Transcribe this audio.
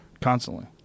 constantly